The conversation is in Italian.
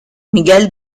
miguel